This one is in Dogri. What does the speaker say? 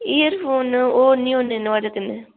एयरफोन ओह् निं होने नुआढ़े कन्नै